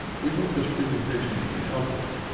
we hope this presentation has been helpful.